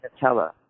Nutella